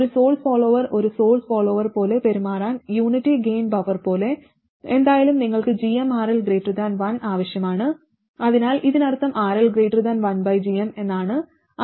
ഒരു source follower ഒരു source follower പോലെ പെരുമാറാൻ യൂണിറ്റി ഗൈൻ ബഫർ പോലെ എന്തായാലും നിങ്ങൾക്ക് gmRL 1 ആവശ്യമാണ് അതിനാൽ ഇതിനർത്ഥം RL 1gm എന്നാണ്